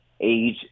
age